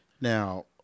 Now